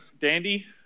Dandy